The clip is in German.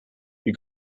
die